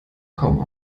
kaum